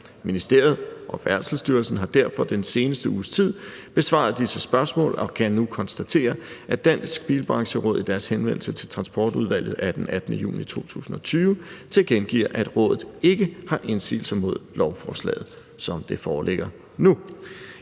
Ministeriet og Færdselsstyrelsen har derfor den seneste uges tid besvaret disse spørgsmål og kan nu konstatere, at Dansk Bilbrancheråd i deres henvendelse til Transportudvalget af den 18. juni 2020 tilkendegiver, at rådet ikke har indsigelser mod lovforslaget, som det foreligger nu.